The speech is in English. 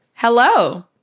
Hello